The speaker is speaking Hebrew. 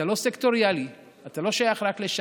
אתה לא סקטוריאלי, אתה לא שייך רק לש"ס.